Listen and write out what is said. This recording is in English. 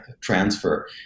transfer